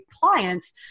clients